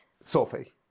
Sophie